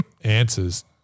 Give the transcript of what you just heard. answers